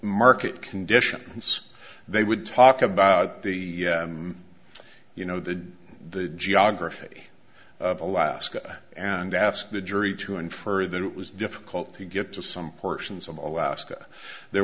market conditions they would talk about the you know the geography of alaska and ask the jury to infer that it was difficult to get to some portions of alaska there